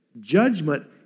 Judgment